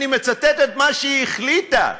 אני מצטט את מה שהיא החליטה,